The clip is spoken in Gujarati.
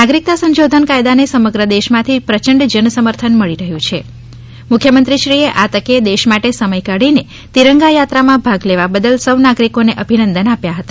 નાગરિકતા સંશોધન કાયદાને સમગ્ર દેશમાંથી પ્રચંડ જનસમર્થન મળી રહ્યું છે મુખ્યમંત્રીશ્રીએ આ તકે દેશ માટે સમય કાઢીને તિરંગા યાત્રા માં ભાગ લેવા બદલ સૌ નાગરિકોને અભિનંદન આપ્યા હતા